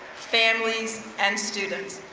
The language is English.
families and students.